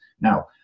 now